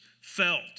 felt